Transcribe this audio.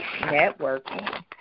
networking